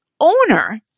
owner